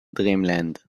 dreamland